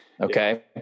Okay